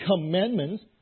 Commandments